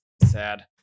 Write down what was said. sad